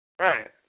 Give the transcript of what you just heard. Right